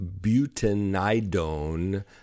butanidone